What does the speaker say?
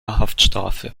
haftstrafe